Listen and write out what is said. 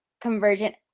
convergent